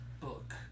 book